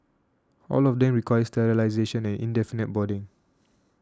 all of them require sterilisation and indefinite boarding